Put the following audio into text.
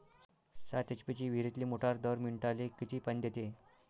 सात एच.पी ची विहिरीतली मोटार दर मिनटाले किती पानी देते?